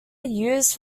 used